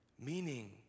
Meaning